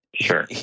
Sure